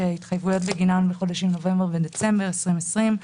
התחייבויות בגינם בחודשים נובמבר ודצמבר 2020,